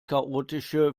chaotische